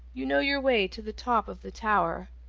you know your way to the top of the tower.